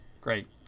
great